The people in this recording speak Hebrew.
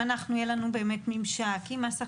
אם יהיה לנו באמת ממשק עם מס הכנסה,